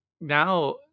now